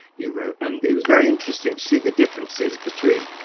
you wrote and it was very interesting to see the differences between,